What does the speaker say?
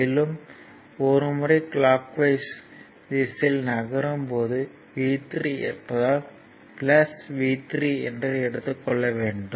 மேலும் ஒரு முறை கிளாக் வைஸ் திசையில் நகரும் போது V3 இருப்பதால் V3 என்று எடுத்துக் கொள்ள வேண்டும்